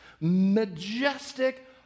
majestic